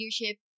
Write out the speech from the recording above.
leadership